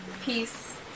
Peace